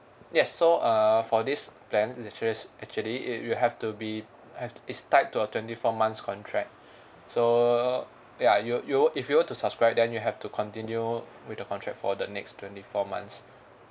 yes so err for this plan is actua~ actually it you have to be have it's tied to a twenty four months contract so ya you you if you were to subscribe then you have to continue with the contract for the next twenty four months